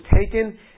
taken